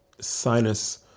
sinus